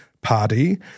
party